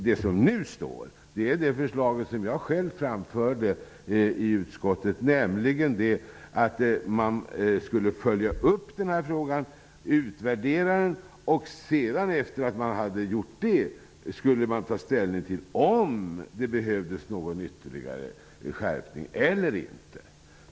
Det som nu står är det förslag som jag själv framförde i utskottet, nämligen att man skulle följa upp denna fråga, utvärdera den och därefter ta ställning till om det behövdes någon ytterligare skärpning.